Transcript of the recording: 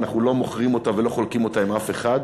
אנחנו לא מוכרים אותה ולא חולקים אותה עם אף אחד.